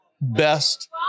best